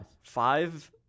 Five